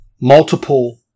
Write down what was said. multiple